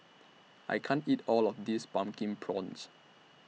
I can't eat All of This Pumpkin Prawns